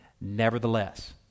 nevertheless